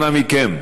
אנא מכם.